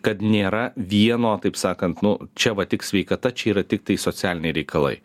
kad nėra vieno taip sakant nu čia va tik sveikata čia yra tiktai socialiniai reikalai